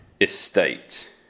estate